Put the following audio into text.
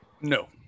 no